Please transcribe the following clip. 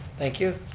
thank you.